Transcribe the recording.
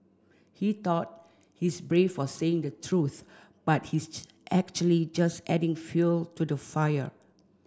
he thought his brave for saying the truth but his actually just adding fuel to the fire